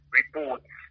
reports